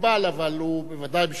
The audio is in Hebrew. אבל הוא בוודאי בשלוש דקות